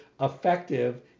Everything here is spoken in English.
effective